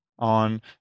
on